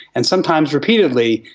and sometimes repeatedly,